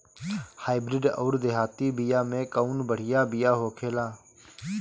Hybrid अउर देहाती बिया मे कउन बढ़िया बिया होखेला?